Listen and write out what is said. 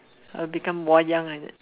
uh become wayang is it